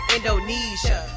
Indonesia